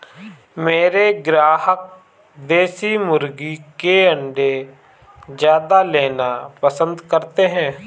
मेरे ग्राहक देसी मुर्गी के अंडे ज्यादा लेना पसंद करते हैं